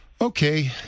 Okay